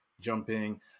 jumping